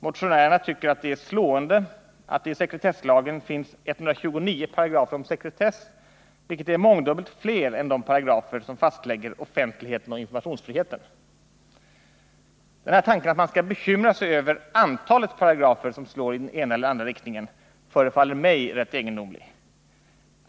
Motionärerna tycker att det är ”slående” att det i sekretesslagen finns 129 paragrafer om sekretess, vilket är mångdubbelt fler än de paragrafer som fastlägger offentligheten och informationsfriheten. Den här tanken, att man skall bekymra sig över antalet paragrafer som slår iden ena eller andra riktningen, förefaller mig rätt egendomlig.